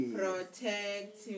protect